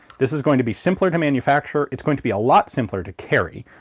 this is going to be simpler to manufacture. it's going to be a lot simpler to carry,